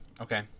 Okay